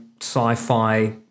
sci-fi